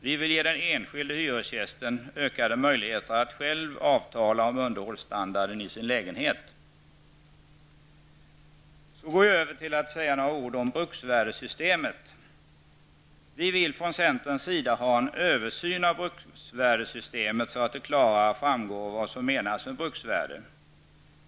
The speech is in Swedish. Vi vill ge den enskilde hyresgästen ökade möjligheter att själv avtala om underhållsstandarden i sin lägenhet. Så går jag över att säga några ord om bruksvärdessystemet. Vi vill från centerns sida ha en översyn av bruksvärdessystemet, så att det klarare framgår vad som menas med bruksvärdet.